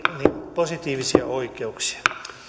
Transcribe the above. positiivisia oikeuksia